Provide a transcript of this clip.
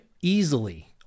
easily